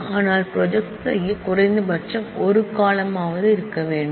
ஆனால் ப்ராஜெக்ட் செய்ய குறைந்தபட்சம் 1 காலம்ன் வது கொண்டிருக்க வேண்டும்